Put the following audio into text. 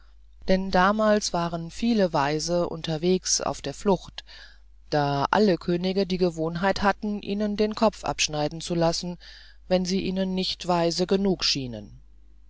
denn damals waren viele weise unterwegs auf der flucht da alle könige die gewohnheit hatten ihnen den kopf abschneiden zu lassen wenn sie ihnen nicht weise genug schienen